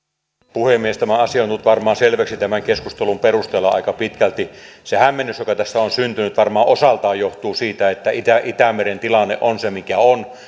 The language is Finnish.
puhemies tämä asia on tullut varmaan selväksi tämän keskustelun perusteella aika pitkälti se hämmennys joka tässä on syntynyt varmaan osaltaan johtuu siitä että itämeren itämeren tilanne on se mikä on